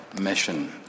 mission